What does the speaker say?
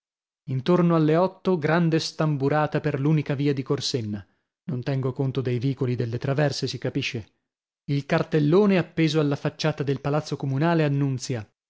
intorno alle otto grande stamburata per l'unica via di corsenna non tengo conto dei vicoli e delle traverse si capisce il cartellone appeso alla facciata del palazzo comunale annunzia